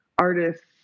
artists